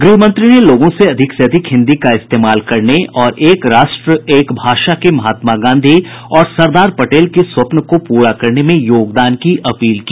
गृह मंत्री ने लोगों से अधिक से अधिक हिन्दी का इस्तेमाल करने और एक राष्ट्र एक भाषा के महात्मा गांधी और सरदार पटेल के स्वप्न को पूरा करने में योगदान की अपील की